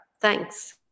Thanks